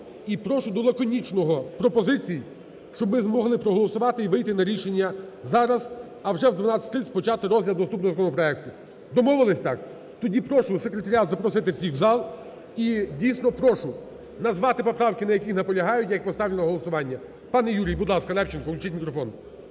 І прошу до лаконічних пропозицій, щоб ми змогли проголосувати і вийти на рішення зараз, а вже в 12.30 почати розгляд наступного законопроекту. Домовились так? Тоді прошу Секретаріат запросити всіх в зал. І, дійсно, прошу назвати поправки, на яких наполягають, я їх поставлю на голосування. Пані Юрій, будь ласка. Левченку включіть мікрофон.